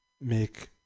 make